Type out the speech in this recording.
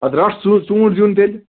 اَدٕ رَٹھ ژٕ ژوٗنٛٹھۍ زیُن تیٚلہِ